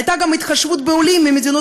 הייתה גם התחשבות בעולים ממדינות